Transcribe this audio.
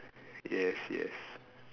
yes yes